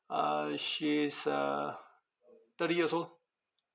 uh she's uh thirty years old